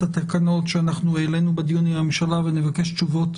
התקנות אותן העלינו בדיון עם הממשלה ונבקש תשובות